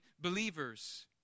believers